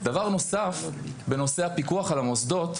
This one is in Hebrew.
דבר נוסף בנושא הפיקוח על המוסדות,